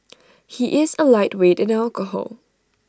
he is A lightweight in alcohol